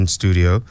studio